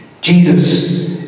Jesus